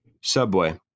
Subway